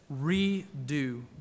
redo